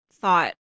thought